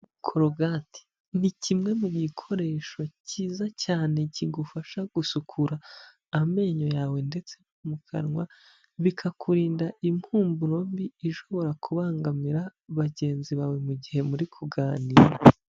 Korogati ni kimwe mu gikoresho kiza cyane kigufasha gusukura amenyo yawe ndetse no mu kanwa bikakurinda impumuro mbi ishobora kubangamira bagenzi bawe mu gihe muri kuganira.